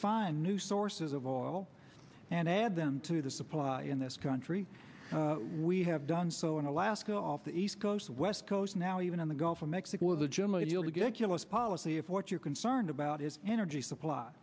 find new sources of oil and add them to the supply in this country we have done so in alaska off the east coast west coast now even in the gulf of mexico the gym and you'll get us policy if what you're concerned about is energy supply